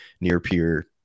near-peer